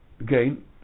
Again